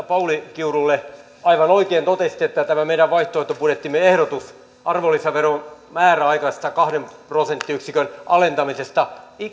pauli kiurulle aivan oikein totesitte että tämä meidän vaihtoehtobudjettimme ehdotus arvonlisäveron määräaikaisesta kahden prosenttiyksikön alentamisesta